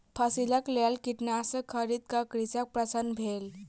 फसिलक लेल कीटनाशक खरीद क कृषक प्रसन्न भेल